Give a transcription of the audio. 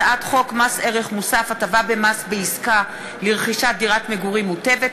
הצעת חוק מס ערך מוסף (הטבה במס בעסקה לרכישת דירת מגורים מוטבת),